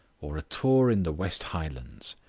or a tour in the west highlands.